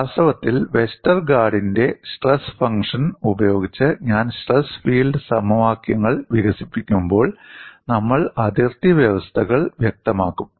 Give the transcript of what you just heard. വാസ്തവത്തിൽ വെസ്റ്റർഗാർഡിന്റെ stress function ഉപയോഗിച്ച് ഞാൻ സ്ട്രെസ് ഫീൽഡ് സമവാക്യങ്ങൾ വികസിപ്പിക്കുമ്പോൾ നമ്മൾ അതിർത്തി വ്യവസ്ഥകൾ വ്യക്തമാക്കും